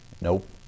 nope